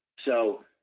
so,